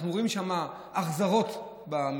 ואנחנו רואים שם החזרות במכרזים,